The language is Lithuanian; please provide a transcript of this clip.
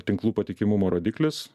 tinklų patikimumo rodiklis